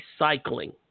recycling